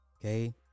Okay